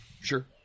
Sure